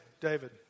David